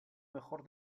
mejor